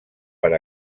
per